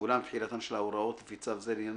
ואולם תחילתן של ההוראות לפי צו זה לעניין